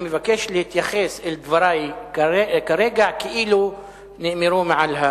אני מבקש להתייחס אל דברי כרגע כאילו נאמרו מעל,